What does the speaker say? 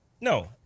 no